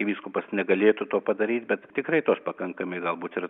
arkivyskupas negalėtų to padaryt bet tikrai tos pakankamai galbūt ir nu